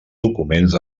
documents